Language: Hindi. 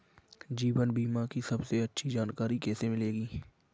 जीवन बीमा की सबसे अच्छी जानकारी कैसे मिलेगी?